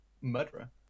murderer